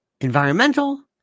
environmental